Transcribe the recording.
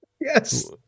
Yes